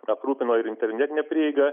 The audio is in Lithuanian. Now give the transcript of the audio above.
aprūpino ir internetine prieiga